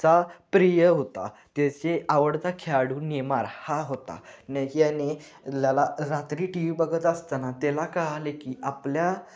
चा प्रिय होता त्याचे आवडता खेळाडू नेमार हा होता न याने लला रात्री टी वी बघत असताना त्याला कळाले की आपल्या